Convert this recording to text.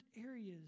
areas